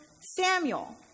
Samuel